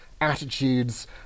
attitudes